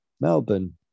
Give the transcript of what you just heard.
Melbourne